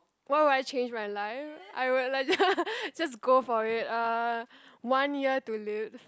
why will I change my life I would like just just go for it uh one year to live